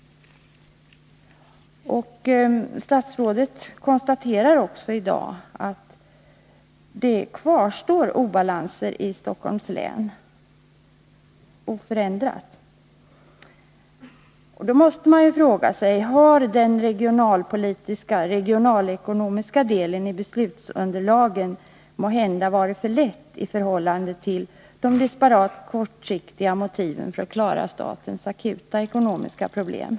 Statsrådet konstaterar också i dag att det kvarstår obalanser i Stockholms län. Då måste man fråga sig om den regionalekonomiska delen av beslutsunderlaget måhända varit för lätt i förhållande till de olika kortsiktiga motiven för att klara statens akuta ekonomiska problem.